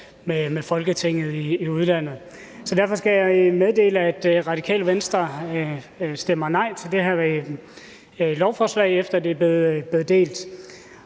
med Folketinget i udlandet, så derfor skal jeg meddele, at Radikale Venstre stemmer nej til det her lovforslag, efter at det er blevet delt.